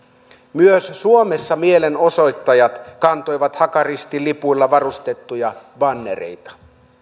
myös suomessa mielenosoittajat kantoivat hakaristilipuilla varustettuja bannereita